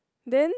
then